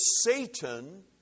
Satan